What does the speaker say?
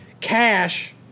Cash